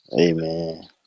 Amen